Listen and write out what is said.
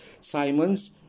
simons